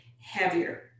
heavier